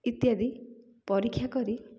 ଇତ୍ୟାଦି ପରୀକ୍ଷା କରି